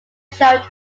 show